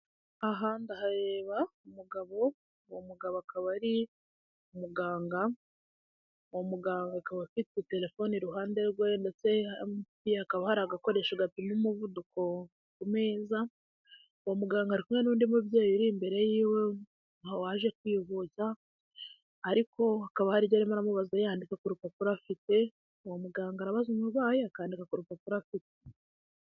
Aha ndahareba umugabo uwo mugabo akaba ari umuganga, uwo muganga akaba afite telefone iruhande rwe ndetse hafiye hakaba hari agakoresho gapima umuvuduko ku meza, uwo muganga arikumwe n'undi mubyeyi uri imbere yiwe aho waje kwivuza ariko hakaba haribyo arimo aramubaza yandika ku urupapuro afite, uwo muganga arabaza umurwayi akandika ku urupapuro afite.